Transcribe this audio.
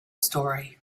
story